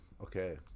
okay